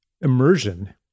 immersion